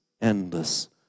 endless